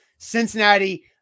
Cincinnati